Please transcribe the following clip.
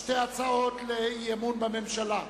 שתי הצעות לאי-אמון בממשלה.